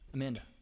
Amanda